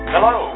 Hello